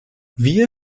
wir